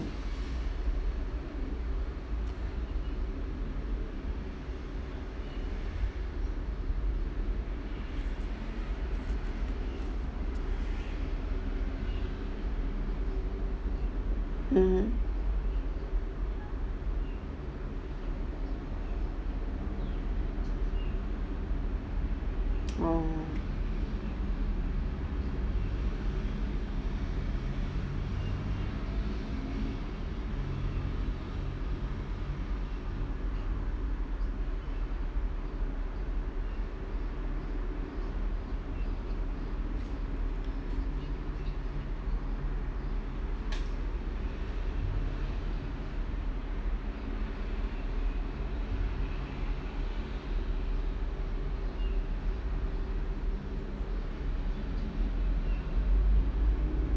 um